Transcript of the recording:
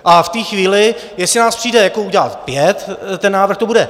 A v té chvíli, jestli nás přijde udělat pět ten návrh, to bude...